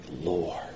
Lord